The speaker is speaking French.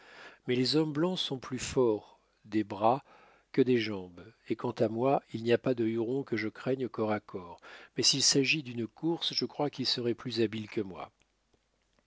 mais les hommes blancs sont plus forts des bras que des jambes et quant à moi il n'y a pas de huron que je craigne corps à corps mais s'il s'agit d'une course je crois qu'il serait plus habile que moi